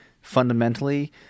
fundamentally